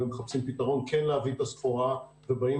מחפשים פתרון כן להביא את הסחורה ובאים